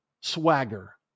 Swagger